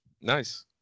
Nice